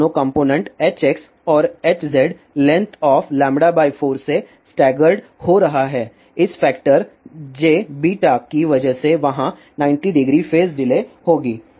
इन दोनों component Hx और Hz length of λ4 से स्टागरड हो रहा है इस फैक्टर jβ की वजह से वहाँ 900 फेज डिले होगी